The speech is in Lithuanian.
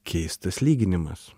keistas lyginimas